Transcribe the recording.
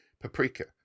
Paprika